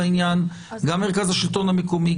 גם מרכז השלטון המקומי,